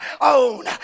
own